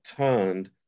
turned